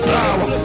power